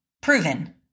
Proven